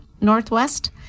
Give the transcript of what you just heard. Northwest